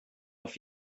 auf